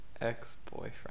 ex-boyfriend